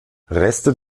reste